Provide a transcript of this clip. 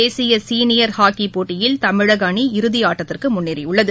தேசிய சீனியர் ஹாக்கிப் போட்டியில் தமிழக அணி இறுதியாட்டத்திற்கு முன்னேறியுள்ளது